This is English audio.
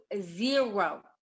zero